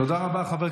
תודה רבה.